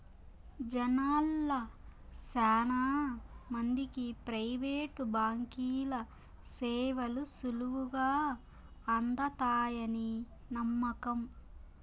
జనాల్ల శానా మందికి ప్రైవేటు బాంకీల సేవలు సులువుగా అందతాయని నమ్మకం